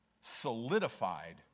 solidified